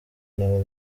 nabo